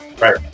Right